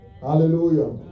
Hallelujah